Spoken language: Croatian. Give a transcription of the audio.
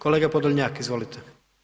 Kolega Podolnjak, izvolite.